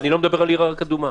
איך מונעים התקהלות?